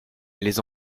les